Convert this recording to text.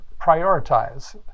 prioritize